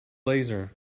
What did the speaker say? laser